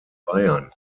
bayern